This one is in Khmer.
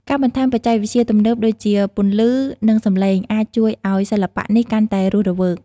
ការបន្ថែមបច្ចេកវិទ្យាទំនើបដូចជាពន្លឺ និងសំឡេង អាចជួយឱ្យសិល្បៈនេះកាន់តែរស់រវើក។